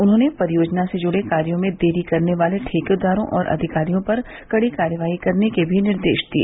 उन्होंने परियोजना से जुड़े कार्यो में देरी करने वाले ठेकेदारों और अधिकारियों पर कड़ी कार्रवाई करने के भी निर्देश दिए